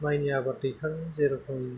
माइनि आबाद दैखाङो बेबायदिनो